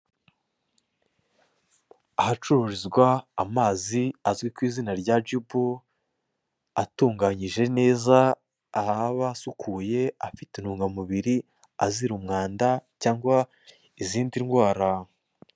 Ahacururizwa amazi azwi ku izina rya jibu, atunganyije neza, aho aba asukuye, afite intungamubiri, azira umwanda cyangwa izindi ndwara.